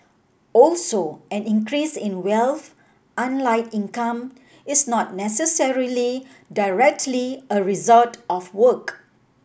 also an increase in wealth unlike income is not necessarily directly a result of work